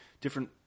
Different